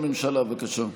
אדוני ראש הממשלה, בבקשה.